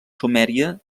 sumèria